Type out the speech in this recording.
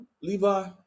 levi